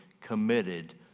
committed